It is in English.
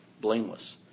blameless